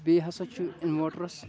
بیٚیہِ ہسا چھُ اِنوٲٹرَس